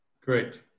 Great